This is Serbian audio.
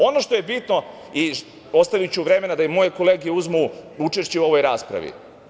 Ono što je bitno, ostaviću vremena da i moje kolege uzmu učešće u ovoj raspravi.